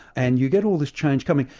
and you get all this change coming.